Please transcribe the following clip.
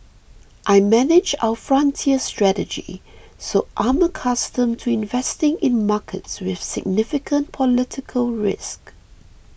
I manage our frontier strategy so I'm accustomed to investing in markets with significant political risk